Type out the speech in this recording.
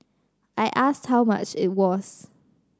I asked how much it was